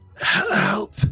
help